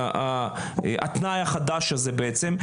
מהתנאי החדש הזה בעצם,